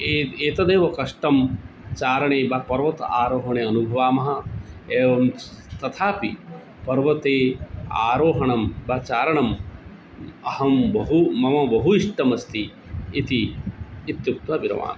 ए एतदेव कष्टं चारणे ब पर्वत आरोहणे अनुभवामः एवं स् तथापि पर्वते आरोहणं ब चारणम् अहं बहु मम बहु इष्टमस्ति इति इत्युक्त्वा विरवामि